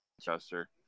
Chester